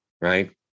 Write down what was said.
Right